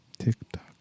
TikTok